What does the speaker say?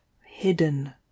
hidden